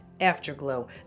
Afterglow